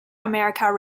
america